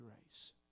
grace